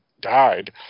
died